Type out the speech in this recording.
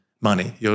money